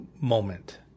moment